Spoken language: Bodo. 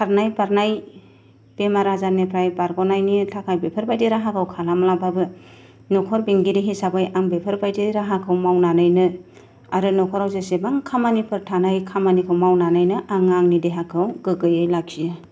खारनाय बारनाय बेमार आजारनिफ्राय बारगनायनि थाखाय बेफोरबायदि राहाखौ खालामाब्लाबो न'खर बेंगिरि हिसाबै आं बेफोरबायदि राहाखौ मावनानैनो आरो न'खराव जिसिबां खामानिफोर थानाय खामानिखौ मावनानैनो आङो आंनि देहाखौ गोगोयै लाखियो